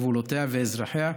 גבולותיה ואזרחיה,